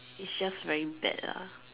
it's just very bad lah